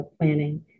planning